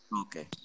okay